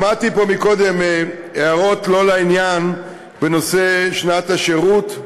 שמעתי פה קודם הערות לא לעניין בנושא שנת השירות.